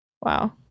Wow